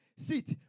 sit